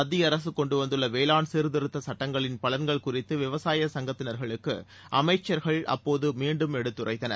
மத்திய அரசு கொண்டுவந்துள்ள வேளாண் சீர்திருத்த சட்டங்களின் பலன்கள் குறித்து விவசாய சங்கங்கத்தினருக்கு அமைச்சர்கள் அப்போது மீண்டும் எடுத்துரைத்தனர்